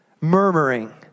murmuring